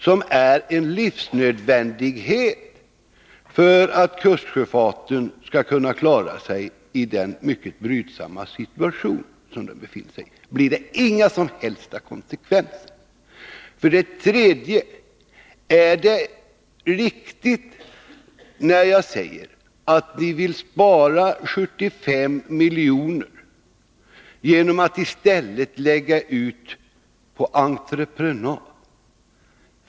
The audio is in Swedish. Dessa pengar är nödvändiga för att kustsjöfarten skall kunna klara sig i den mycket brydsamma situation som denna befinner sig i. Får detta inga som helst konsekvenser? För det tredje frågar jag: Är det riktigt att påstå att ni vill spara 75 milj.kr. genom att i stället lägga ut arbeten på entreprenad?